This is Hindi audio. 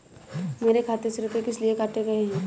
मेरे खाते से रुपय किस लिए काटे गए हैं?